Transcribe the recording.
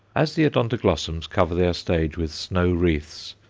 as the odontoglossums cover their stage with snow wreaths,